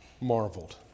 marveled